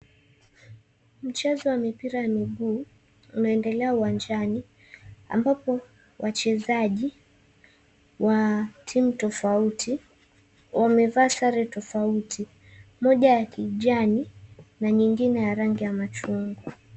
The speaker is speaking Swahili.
Mchezo wa mipira ya miguu unaendelea uwanjani, ambapo wachezaji wa timu tofauti wamevaa sare tofauti. Moja ya kijani na nyingine ya rangi ya machungwa.